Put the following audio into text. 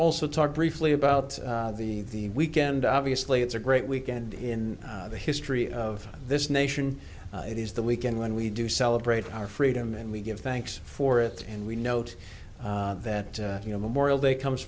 also talk briefly about the weekend obviously it's a great weekend in the history of this nation it is the weekend when we do celebrate our freedom and we give thanks for it and we note that you know memorial day comes